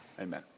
Amen